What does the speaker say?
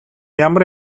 ямар